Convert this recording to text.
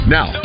Now